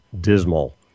dismal